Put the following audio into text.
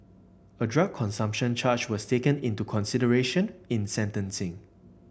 a drug consumption charge was taken into consideration in sentencing